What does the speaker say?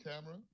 camera